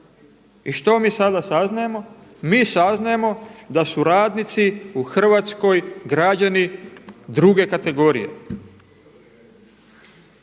I što mi sada saznajemo? Mi saznajemo da su radnici u Hrvatskoj, građani druge kategorije.